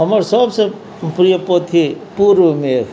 हमर सबसे प्रिय पोथी पूर्वमेघ